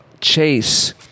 chase